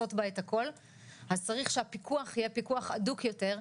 לכסות בה את הכול אז צריך שהפיקוח יהיה פיקוח הדוק יותר.